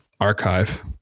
archive